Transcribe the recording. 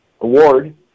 award